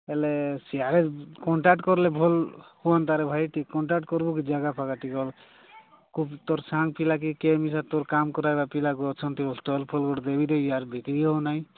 ହେଲେ ସିୟାଡ଼େ କଣ୍ଟାକ୍ଟ କଲେ ଭଲ ହୁଅନ୍ତାରେ ଭାଇ ଟିକେ କଣ୍ଟାକ୍ଟ କରିବ କି ଜାଗା ଫାଗା ଟିକେ କିଏ ବି ତୋର ସାଙ୍ଗ ପିଲା କିଏ କିଏ ମିଶେ ତୋର କାମ କରା ପିଲା ଗୋ ଅଛନ୍ତି ଷ୍ଚଲ୍ ଫଲ୍ ଗୋଟେ ଦେବିରେ ଇୟାଡ଼େ ବିକ୍ରି ହେଉ ନାହିଁ